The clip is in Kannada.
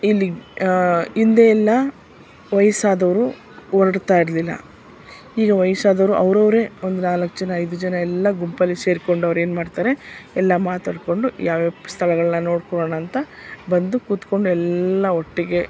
ಇಲ್ಲಿ ಹಿಂದೆ ಎಲ್ಲ ವಯಸ್ಸಾದವರು ಓಡಾಡ್ತಾಯಿರಲಿಲ್ಲ ಈಗ ವಯಸ್ಸಾದವ್ರು ಅವರವ್ರೇ ಒಂದು ನಾಲ್ಕು ಜನ ಐದು ಜನ ಎಲ್ಲ ಗುಂಪಲ್ಲಿ ಸೇರ್ಕೊಂಡು ಅವ್ರು ಏನ್ಮಾಡ್ತಾರೆ ಎಲ್ಲ ಮಾತಾಡಿಕೊಂಡು ಯಾವ್ಯಾವ ಸ್ಥಳಗಳನ್ನ ನೋಡ್ಕೊಳ್ಳೋಣ ಅಂತ ಬಂದು ಕೂತ್ಕೊಂಡು ಎಲ್ಲ ಒಟ್ಟಿಗೆ